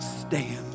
stand